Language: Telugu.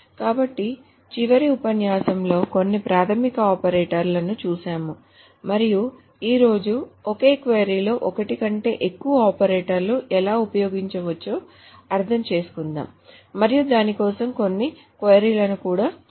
కాబట్టి చివరి ఉపన్యాసంలో కొన్ని ప్రాథమిక ఆపరేటర్లను చూశాము మరియు ఈ రోజు ఒకే క్వరీ లో ఒకటి కంటే ఎక్కువ ఆపరేటర్లను ఎలా ఉపయోగించవచ్చో అర్థం చేసుకుందాము మరియు దాని కోసం కొన్ని క్వరీలను కూడా చూస్తాము